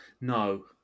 No